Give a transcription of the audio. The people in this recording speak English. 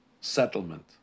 settlement